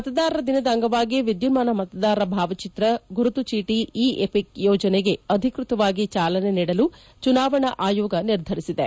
ಮತದಾರರ ದಿನದ ಅಂಗವಾಗಿ ವಿದ್ಯುನ್ಸಾನ ಮತದಾರರ ಭಾವಚಿತ್ರ ಗುರುತು ಚೀಟಿ ಇ ಎಪಿಕ್ ಯೋಜನೆಗೆ ಅಧಿಕ್ಟತವಾಗಿ ಚಾಲನೆ ನೀಡಲು ಚುನಾವಣಾ ಆಯೋಗ ನಿರ್ಧರಿಸಿದೆ